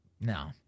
No